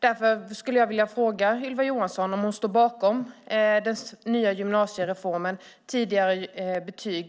Därför skulle jag vilja fråga Ylva Johansson om hon står bakom den nya gymnasiereformen och tidigare betyg.